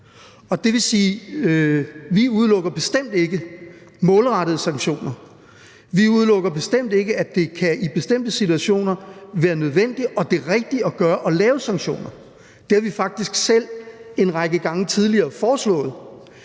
det vil sige, at vi bestemt ikke udelukker målrettede sanktioner. Vi udelukker ikke, at det i bestemte situationer kan være nødvendigt, og at det er rigtigt at lave sanktioner. Det har vi faktisk selv en række gange tidligere foreslået.